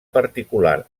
particular